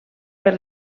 per